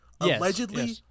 allegedly